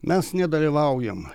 mes nedalyvaujam